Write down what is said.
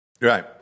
Right